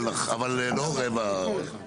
אבל, לא רבע שעה.